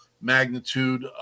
magnitude